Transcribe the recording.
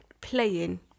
playing